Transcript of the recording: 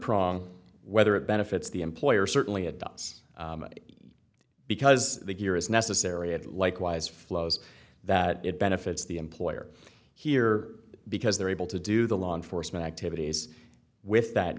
prong whether it benefits the employer certainly adopts because the gear is necessary and likewise flows that it benefits the employer here because they're able to do the law enforcement activities with that